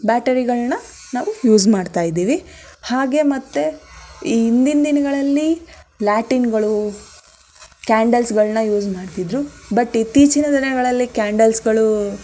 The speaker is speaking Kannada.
ಬ್ಯಾಟರಿಗಳನ್ನ ನಾವು ಯೂಸ್ ಮಾಡ್ತಯಿದ್ದೀವಿ ಹಾಗೆ ಮತ್ತೆ ಈ ಹಿಂದಿನ ದಿನಗಳಲ್ಲಿ ಲ್ಯಾಟಿನ್ಗಳು ಕ್ಯಾಂಡಲ್ಸ್ಗಳನ್ನ ಯೂಸ್ ಮಾಡ್ತಿದ್ರು ಬಟ್ ಇತ್ತೀಚಿನ ದಿನಗಳಲ್ಲಿ ಕ್ಯಾಂಡಲ್ಸ್ಗಳು